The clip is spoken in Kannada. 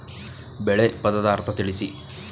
ಬೆಳೆ ಪದದ ಅರ್ಥ ತಿಳಿಸಿ?